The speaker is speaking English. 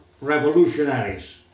revolutionaries